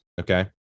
Okay